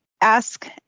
ask